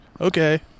Okay